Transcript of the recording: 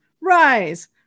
rise